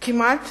כמעט